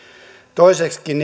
toiseksikin